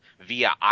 via